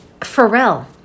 Pharrell